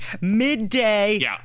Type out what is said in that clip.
midday